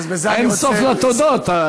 אין סוף לתודות.